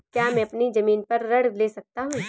क्या मैं अपनी ज़मीन पर ऋण ले सकता हूँ?